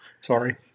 Sorry